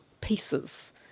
pieces